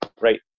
Right